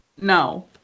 No